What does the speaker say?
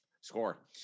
score